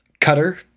cutter